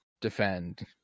defend